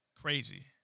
crazy